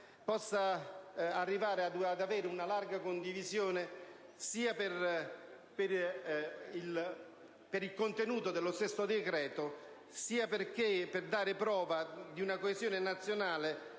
possa far emergere una larga condivisione, sia rispetto al contenuto dello stesso decreto, sia per dare prova della coesione nazionale